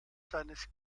seines